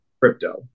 crypto